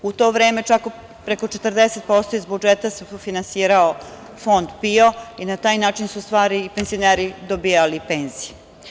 U to vreme, čak preko 40% iz budžeta se finansirao PIO Fond i na taj način su penzioneri dobijali penzije.